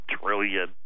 trillion